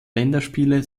länderspiele